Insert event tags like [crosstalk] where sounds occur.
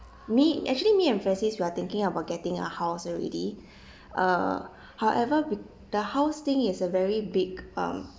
me actually me and francis we're thinking about getting a house already [breath] uh [breath] however be~ the house sting is a very big um